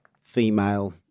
female